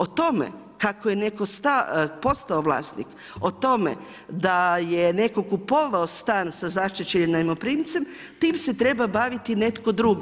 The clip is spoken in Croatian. O tome kako je neko postao vlasnik, o tome da je neko kupovao stan sa zaštićenim najmoprimcem, tim se treba baviti netko drugi.